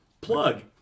Plug